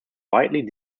widely